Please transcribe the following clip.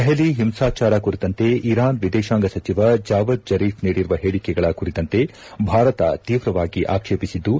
ದೆಹಲಿ ಹಿಂಸಾಚಾರ ಕುರಿತಂತೆ ಇರಾನ್ ವಿದೇಶಾಂಗ ಸಚಿವ ಜಾವದ್ ಜರೀಫ್ ನೀಡಿರುವ ಹೇಳಿಕೆಗಳ ಕುರಿತಂತೆ ಭಾರತ ತೀವ್ರವಾಗಿ ಆಕ್ಷೇಪಿಸಿದ್ದು